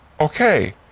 Okay